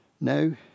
no